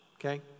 okay